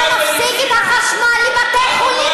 אתה מפסיק את החשמל בבתי-חולים,